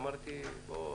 אמרתי לעצמי,